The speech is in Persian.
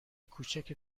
کوچک